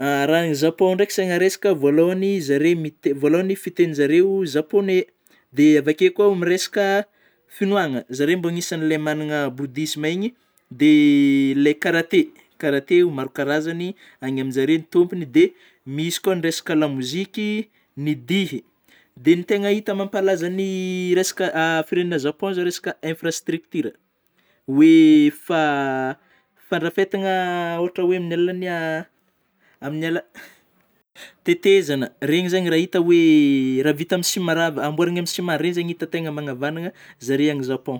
Raha ny Japon ndraiky asiana resaky voalohany zareo mite- voalohany fiteninjareo japonais; dia avy akeo koa amin'ny resaka finoagna zareo anisany magnagna bodisme igny, dia ilay karate- karate maro karazagny any aminjareo no tompony, dia misy koa ny resaka lamoziky, ny dihy dia tegna hita mampalaza ny resaka firenena Japon zany amin'ny resaka infrastructure hoe fa- fandrafetagna ohatra hoe amin'ny alalana, amin'ny ala- tetezana reny zany hita oe raha vita amin'ny sima- amboarina amy cima regny zegny hita tegna magnavagnana anjareo any Japon.